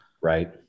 Right